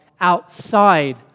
outside